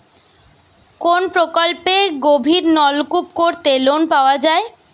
কোন প্রকল্পে গভির নলকুপ করতে লোন পাওয়া য়ায়?